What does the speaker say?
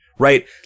Right